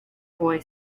boy